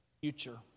future